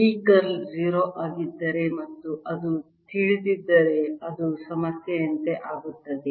D curl 0 ಆಗಿದ್ದರೆ ಮತ್ತು ಅದು ತಿಳಿದಿದ್ದರೆ ಅದು ಸಮಸ್ಯೆಯಂತೆ ಆಗುತ್ತದೆ